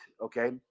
okay